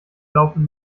laufen